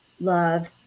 love